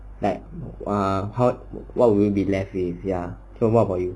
like uh how what you will be left in yourself so what about you